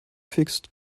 fixed